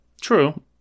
True